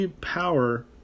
power